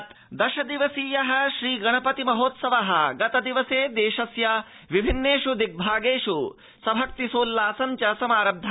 श्रीगणेशोत्सव दश दिवसीय श्रीगणपति महोत्सव गतदिवसे देशस्य विभिन्नेषु दिग्भागेषु सभक्ति सोल्लासं च समारब्ध